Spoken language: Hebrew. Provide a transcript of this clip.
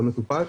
לא מטופל,